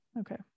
Okay